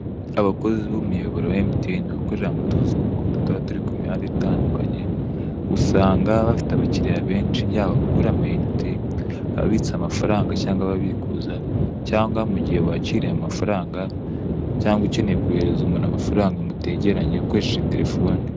Abakozi b'umuyoboro wa emutiyeni bakorera mu tuzu tw'umuhondo tuba turi ku mihanda itandukanye usanga bafite abakiliya benshi yaba abagura amayinite, ababitsa amafaranga cyangwa ababikuza, cyangwa mu gihe wakiriye amafaranga, cyangwa ukeneye koherereza umuntu amafaranga mutegeranye ukoresheje telefone.